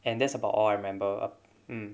and that's about all I remember um mm